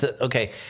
Okay